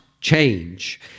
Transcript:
change